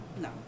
no